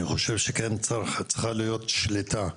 אני חושב שצריכה להיות שליטה,